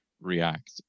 React